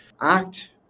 act